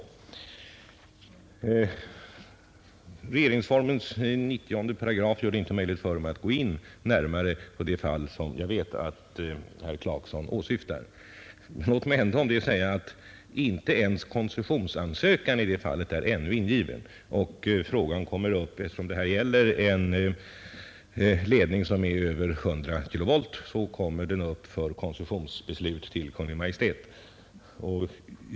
Regeringsformens 90 § gör det inte möjligt för mig att gå närmare in på det fall som jag vet att herr Clarkson åsyftar. Låt mig ändå om det säga, att inte ens koncessionsansökan i det fallet ännu är ingiven. Eftersom det här gäller en ledning på över 100 ,kilovolt kommer koncessionsfrågan inför Kungl. Maj:t.